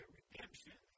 redemption